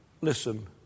listen